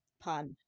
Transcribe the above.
pun